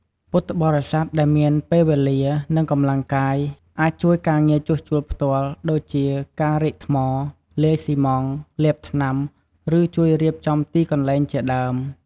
ពុទ្ធបរិស័ទដែលមានពេលវេលា និងកម្លាំងកាយ អាចជួយការងារជួសជុលផ្ទាល់ ដូចជា ការរែកថ្ម លាយស៊ីម៉ងត៍ លាបថ្នាំ ឬជួយរៀបចំទីកន្លែងជាដើម។